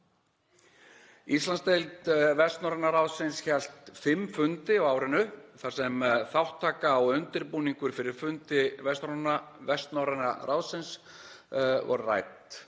Íslandsdeild Vestnorræna ráðsins hélt fimm fundi á árinu þar sem þátttaka og undirbúningur fyrir fundi Vestnorræna ráðsins var ræddur.